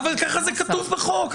אבל כך זה כתוב בחוק.